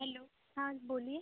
hello हाँ जी बोलिए